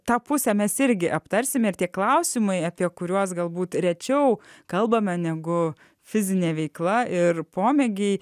tą pusę mes irgi aptarsime ir tie klausimai apie kuriuos galbūt rečiau kalbame negu fizinė veikla ir pomėgiai